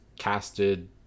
Casted